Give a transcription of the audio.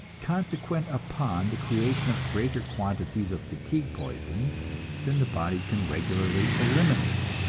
consequent upon the creation of greater quantities of fatigue poisons than the body can regularly eliminate.